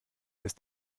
ist